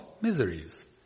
miseries